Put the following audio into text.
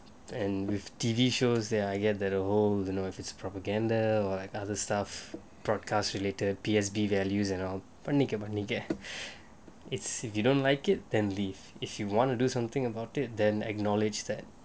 and with T_V shows that I get that whole you know if it's propaganda or like other stuff broadcast related P_S_B values and all பண்ணிக்க பண்ணிக்க:pannikka pannikka it's if you don't like it then leave if you want to do something about it then acknowledged that